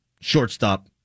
shortstop